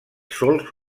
solcs